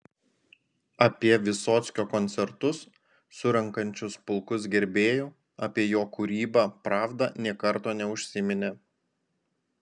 apie vysockio koncertus surenkančius pulkus gerbėjų apie jo kūrybą pravda nė karto neužsiminė